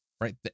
right